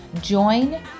join